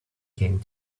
came